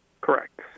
Correct